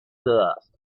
dust